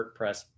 WordPress